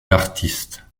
l’artiste